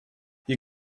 you